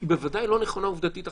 היא בוודאי לא נכונה עובדתית עכשיו.